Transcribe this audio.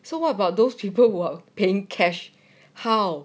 so what about those people who are paying cash how